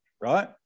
right